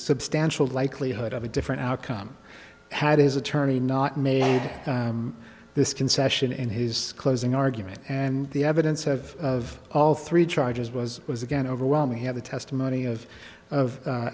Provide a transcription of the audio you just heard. substantial likelihood of a different outcome had his attorney not made this concession in his closing argument and the evidence of of all three charges was was again overwhelming he had the testimon